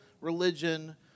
religion